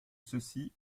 ceci